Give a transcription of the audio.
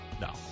No